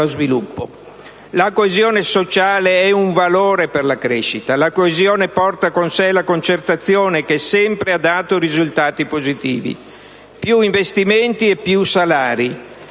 La coesione sociale è un valore per la crescita. La coesione porta con sé la concertazione, che sempre ha dato risultati positivi: più investimenti e più salari.